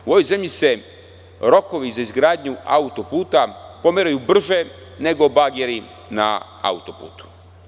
U ovoj zemlji se rokovi za izgradnju auto-puta pomeraju brže nego bageri na auto-putu.